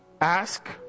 Ask